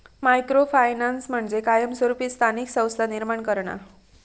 micro finance म्हणजे कायमस्वरूपी स्थानिक संस्था निर्माण करणा